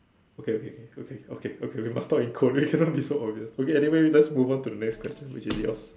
okay okay okay okay okay okay okay must talk in quotation don't be so obvious okay anyway let's move on to the next question which is yours